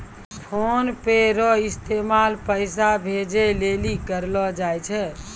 PhonePe रो इस्तेमाल पैसा भेजे लेली करलो जाय छै